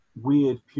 weird